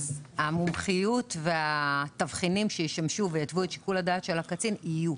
אז המומחיות והתבחינים שישמשו ויתוו את שיקול הדעת של הקצין יהיו.